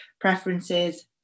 preferences